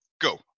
Go